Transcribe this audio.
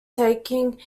taking